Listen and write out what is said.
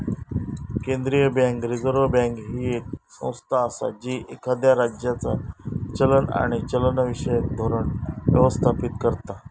केंद्रीय bank, reserve bank, ही येक संस्था असा जी एखाद्या राज्याचा चलन आणि चलनविषयक धोरण व्यवस्थापित करता